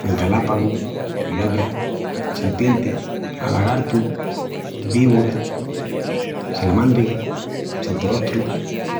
Galápagu, culebra, serpienti, alagartu, víbura, salamándriga, santorrostru.